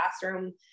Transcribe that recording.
classroom